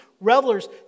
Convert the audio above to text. revelers